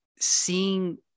seeing